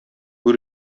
гүр